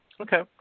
Okay